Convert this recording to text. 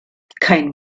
kein